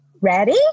ready